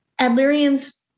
Adlerians